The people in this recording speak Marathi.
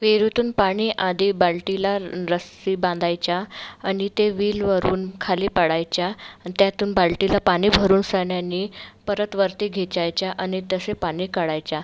विरूतून पाणी आधी बालटीला रस्सी बांधायच्या आणि ते विलवरून खाली पाडायच्या त्यातून बालटीला पाणी भरून सन्यानी परत वरती खेचायच्या आणि तसे पाणी काढायच्या